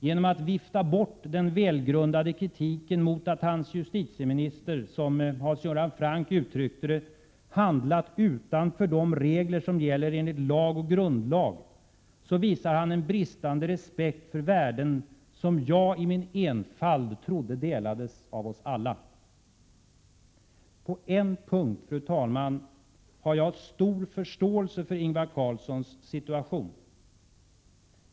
Genom att vifta bort den välgrundade kritiken mot att hans justitieminister — som Hans Göran Franck uttryckte det — ”handlat utanför de regler som gäller enligt lag och grundlag” visar han en bristande respekt för värden som jag i min enfald trodde delades av oss alla. På en punkt har jag stor förståelse för Ingvar Carlssons situation.